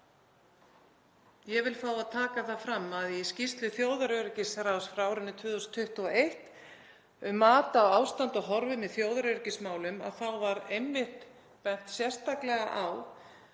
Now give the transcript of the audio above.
Ég vil fá að taka það fram að í skýrslu þjóðaröryggisráðs frá árinu 2021, um mat á ástandi og horfum í þjóðaröryggismálum, var einmitt bent sérstaklega á